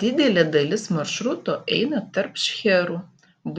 didelė dalis maršruto eina tarp šcherų